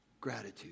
gratitude